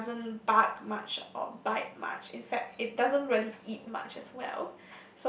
and doesn't bark much or bite much in fact it doesn't really eat much as well